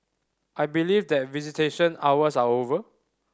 I believe that visitation hours are over